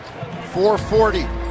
440